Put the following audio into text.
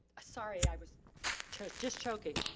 sorry, i was just just joking.